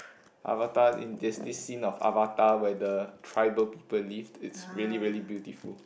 Avatar in there's this scene of Avatar where the tribal people lived it's really really beautiful